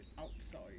outside